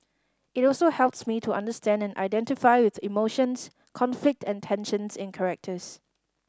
it also helps me to understand and identify with emotions conflict and tensions in characters